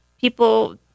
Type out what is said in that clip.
people